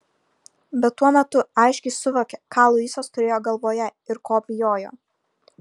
bet tuo metu aiškiai suvokė ką luisas turėjo galvoje ir ko bijojo